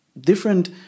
different